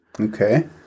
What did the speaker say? Okay